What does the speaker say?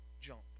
jump